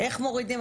איך מורידים,